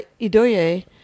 Idoye